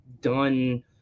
done